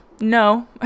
no